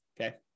Okay